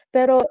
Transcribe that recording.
Pero